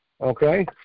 okay